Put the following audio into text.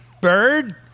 bird